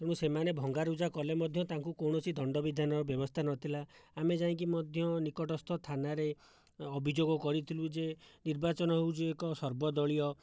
ତେଣୁ ସେମାନେ ଭଙ୍ଗା ରୁଜା କଲେ ମଧ୍ୟ ତାଙ୍କୁ କୌଣସି ଦଣ୍ଡ ବିଧାନର ବ୍ୟବସ୍ଥା ନଥିଲା ଆମେ ଯାଇକି ମଧ୍ୟ ନିକଟସ୍ଥ ଥାନାରେ ଅଭିଯୋଗ କରିଥିଲୁ ଯେ ନିର୍ବାଚନ ହେଉଛି ଏକ ସର୍ବଦଳୀୟ